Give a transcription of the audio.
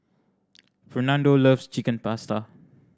Fernando loves Chicken Pasta